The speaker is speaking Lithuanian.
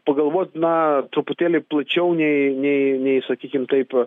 pagalvoti na truputėlį plačiau nei nei nei sakykim taip